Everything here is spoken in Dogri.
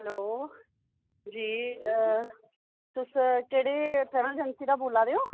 हैलो जी तुस केह्ड़ी ट्रैवल अजैंसी तो बोला दे ओ